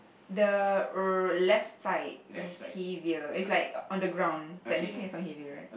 the r~ left side is heavier it's like on the ground technically it's not heavier right